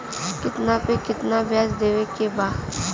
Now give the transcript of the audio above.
कितना पे कितना व्याज देवे के बा?